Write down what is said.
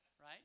Right